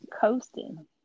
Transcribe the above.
coasting